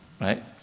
right